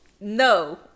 No